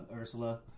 Ursula